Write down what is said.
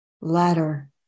ladder